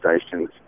stations